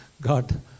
God